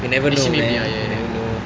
you never know you know never know